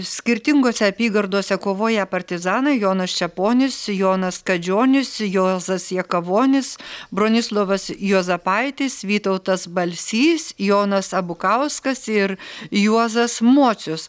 skirtingose apygardose kovoję partizanai jonas čeponis jonas kadžionis jozas jakavonis bronislovas juozapaitis vytautas balsys jonas abukauskas ir juozas mocius